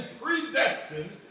predestined